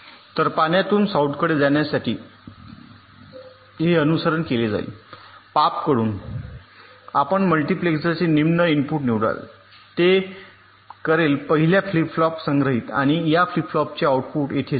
तर पाण्यातून साउथकडे जाण्यासाठी हे अनुसरण केले जाईल पाप कडून आपण मल्टीप्लेक्सरचे निम्न इनपुट निवडाल ते करेल पहिल्या फ्लिप फ्लॉपमध्ये संग्रहित आणि या फ्लिप फ्लॉपचे आउटपुट येथे जाईल